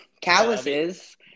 Calluses